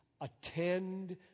attend